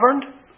governed